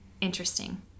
interesting